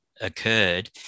occurred